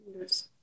Yes